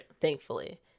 thankfully